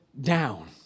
down